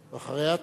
ואחריה?